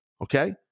okay